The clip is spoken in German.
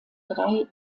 drei